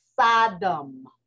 Sodom